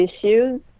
issues